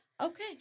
Okay